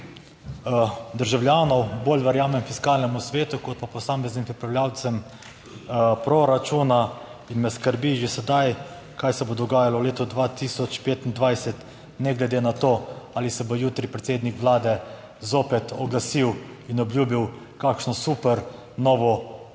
državljanov bolj verjamem Fiskalnemu svetu, kot pa posameznim pripravljavcem proračuna in me skrbi že sedaj, kaj se bo dogajalo v letu 2025, ne glede na to, ali se bo jutri predsednik Vlade zopet oglasil in obljubil kakšno super novo